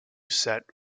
set